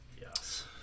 Yes